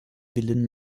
villen